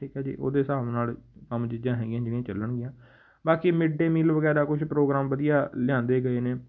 ਠੀਕ ਹੈ ਜੀ ਉਹਦੇ ਹਿਸਾਬ ਨਾਲ ਕਮ ਚੀਜ਼ਾਂ ਹੈਗੀਆਂ ਜਿਹੜੀਆਂ ਚੱਲਣਗੀਆਂ ਬਾਕੀ ਮਿਡ ਡੇ ਮੀਲ ਵਗੈਰਾ ਕੁਛ ਪ੍ਰੋਗਰਾਮ ਵਧੀਆ ਲਿਆਂਦੇ ਗਏ ਨੇ